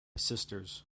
sisters